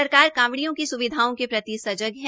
सरकार कांवडियों की स्विधाओं के प्रति सजग है